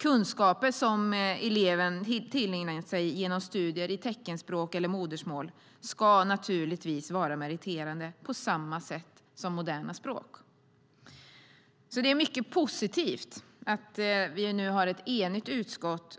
Kunskaper som eleven tillägnat sig genom studier i teckenspråk eller modersmål ska naturligtvis vara meriterande på samma sätt som moderna språk. Det är mycket positivt att ett enigt utskott